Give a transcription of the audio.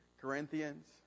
Corinthians